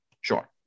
sure